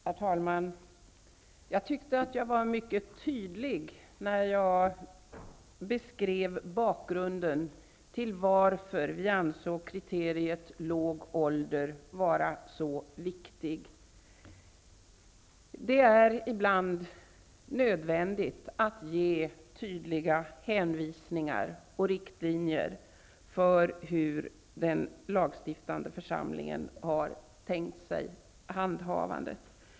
Herr talman! Jag tycker att jag var mycket tydlig när jag beskrev bakgrunden och talade om varför vi ansåg att kriteriet låg ålder var så viktigt. Ibland är det nödvändigt att ge tydliga hänvisningar och riktlinjer i fråga om hur den lagstiftande församlingen har tänkt sig handhavandet.